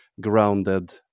grounded